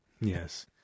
Yes